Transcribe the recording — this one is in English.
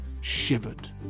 shivered